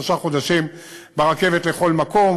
שלושה חודשים ברכבת לכל מקום.